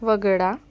वगळा